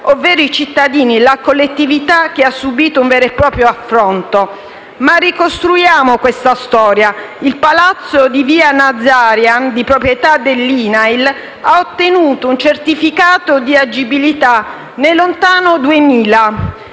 ovvero i cittadini, la collettività, che ha subito un vero e proprio affronto. Ricostruiamo questa storia. Il palazzo di via Nazariantz, di proprietà dell'INAIL, ha ottenuto un certificato di agibilità nel lontano 2000.